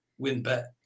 WinBet